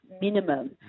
minimum